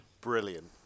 Brilliant